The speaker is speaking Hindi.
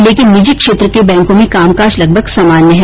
लेकिन निजी क्षेत्र के बैंकों में कामकाज लगभग सामान्य है